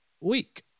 week